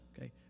okay